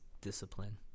discipline